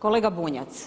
Kolega Bunjac,